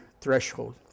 threshold